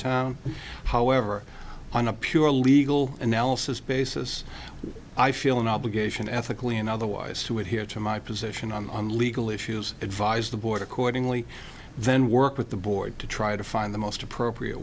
town however on a pure legal analysis basis i feel an obligation ethically and otherwise to adhere to my position on legal issues advise the board accordingly then work with the board to try to find the most appropriate